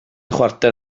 chwarter